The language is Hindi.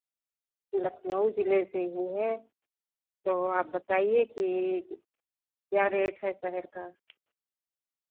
लखनऊ जिले से ही हैं तो आप बताइए कि क्या रेट है शहर का